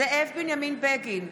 זאב בנימין בגין,